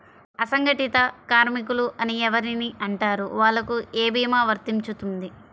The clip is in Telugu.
అసంగటిత కార్మికులు అని ఎవరిని అంటారు? వాళ్లకు ఏ భీమా వర్తించుతుంది?